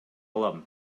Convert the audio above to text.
алам